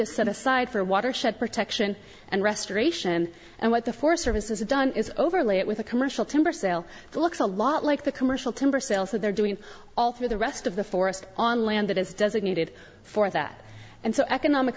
is set aside for watershed protection and restoration and what the forest service is done is overlay it with a commercial timber sale that looks a lot like the commercial timber sales that they're doing all through the rest of the forest on land that is designated for that and so economic